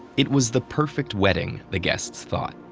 it was the perfect wedding, the guests thought.